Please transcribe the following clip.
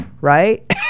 right